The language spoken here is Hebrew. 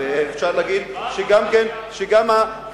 אפשר להגיד שגם הפלסטינים,